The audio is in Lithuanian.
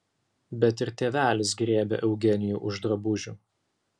bet ir tėvelis griebė eugenijų už drabužių